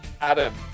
Adam